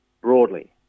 broadly